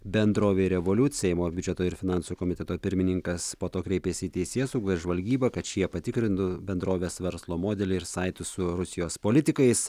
bendrovei revoliut seimo biudžeto ir finansų komiteto pirmininkas po to kreipėsi į teisėsaugą ir žvalgybą kad šie patikrintų bendrovės verslo modelį ir saitus su rusijos politikais